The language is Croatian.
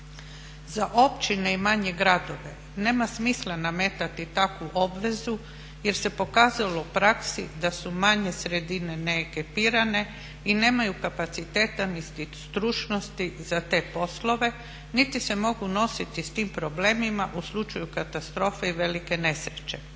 Za općine i manje gradove nema smisla nametati takvu obvezu jer se pokazalo u praksi da su manje sredine neekipirane i nemaju kapaciteta niti stručnosti za te poslove niti se mogu nositi sa tim problemima u slučaju katastrofe i velike nesreće.